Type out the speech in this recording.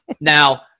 Now